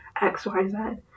XYZ